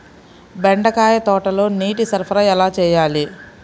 బెండకాయ తోటలో నీటి సరఫరా ఎలా చేయాలి?